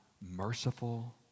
Merciful